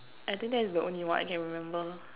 I think that is the only one I can remember